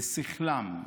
אל שכלם,